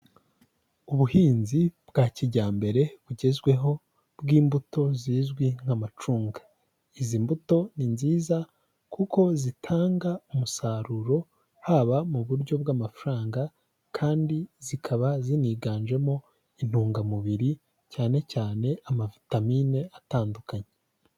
Ubuhinzi bwa kijyambere bugezweho bw'imbuto zizwi nk'amacunga, izi mbuto ni nziza kuko zitanga umusaruro, haba mu buryo bw'amafaranga kandi zikaba ziniganjemo intungamubiri cyane cyane amavitamine atandukanye.